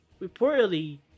Reportedly